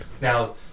Now